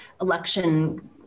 election